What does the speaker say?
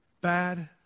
Bad